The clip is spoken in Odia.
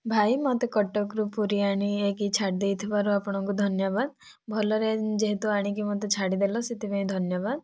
ଭାଇ ମୋତେ କଟକରୁ ପୁରୀ ଆଣିଦେଇକି ଛାଡ଼ି ଦେଇଥିବାରୁ ଆପଣଙ୍କୁ ଧନ୍ୟବାଦ ଭଲରେ ଯେହେତୁ ଆଣିକି ମୋତେ ଛାଡ଼ିଦେଲ ସେଥିପାଇଁ ଧନ୍ୟବାଦ